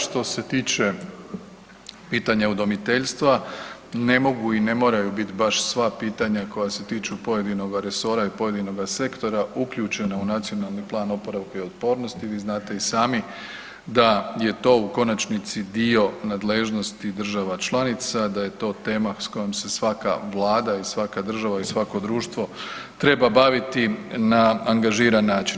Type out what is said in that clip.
Što se tiče pitanja udomiteljstva, ne mogu i ne moraju biti baš sva pitanja koja se tiču pojedinoga resora i pojedinoga sektora uključena u Nacionalni plan oporavka i otpornosti, vi znate i sami da je to u konačnici dio nadležnosti država članica, da je to tema s kojim se svaka vlada i svaka država i svaka država i svako društvo treba baviti na angažiran način.